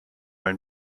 own